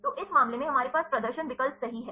तो इस मामले में हमारे पास प्रदर्शन विकल्प सही है